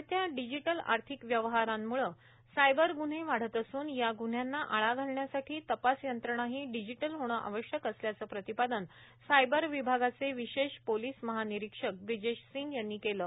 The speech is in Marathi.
वाढत्या डिजिटल आर्थिक व्यवस्तरांमुळं सायबर गुन्हे वाढत असून या गुन्ह्यांना आळा षालण्यासाठी तपासयंत्रणाही डिजिटल होणं आवश्यक असल्पाचं प्रतिपादन सायबर विभागाचे विशे पोलीस महानिरीबक व्रिजेश्व सिंग यांनी केलं आहे